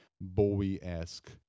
Bowie-esque